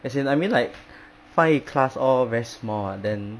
as in I mean like 翻译 class all very small [what] then